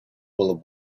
will